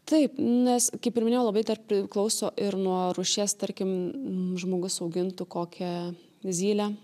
taip nes kaip ir minėjau labai dar priklauso ir nuo rūšies tarkim žmogus augintų kokią zylę